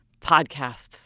podcasts